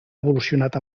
evolucionat